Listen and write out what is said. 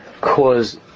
cause